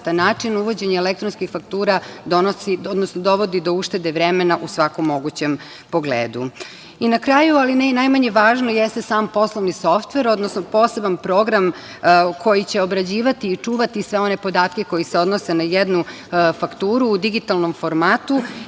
način, uvođenje elektronskih faktura dovodi do uštede vremena u svakom mogućem pogledu. Na kraju, ali ne i najmanje važno jeste sam poslovni softver, odnosno poseban program u koji će obrađivati i čuvati sve one podatke koji se odnose na jednu fakturu u digitalnom formatu